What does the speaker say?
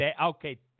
Okay